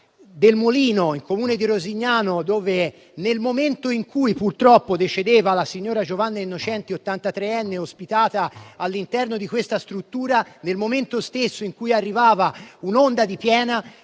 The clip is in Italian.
«Il Molino», nel Comune di Rosignano, dove, nel momento in cui purtroppo decedeva la signora Giovanna Innocenti, ottantatreenne ospitata all'interno della struttura, nel momento stesso in cui arrivava un'onda di piena,